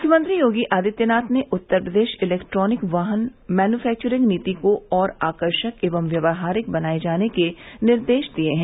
मुख्यमंत्री योगी आदित्यनाथ ने उत्तर प्रदेश इलेक्ट्रानिक वाहन मैन्य्फैक्चरिंग नीति को और आकर्षक एवं व्यवहारिक बनाये जाने के निर्देश दिये हैं